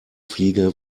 fliege